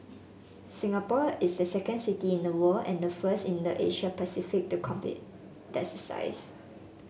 Singapore is the second city in the world and the first in the Asia Pacific to complete the exercise